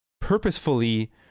purposefully